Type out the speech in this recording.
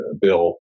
Bill